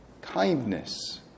kindness